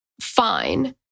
fine